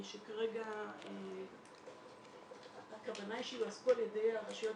שכרגע הכוונה היא שיועסקו על ידי הרשויות